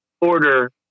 order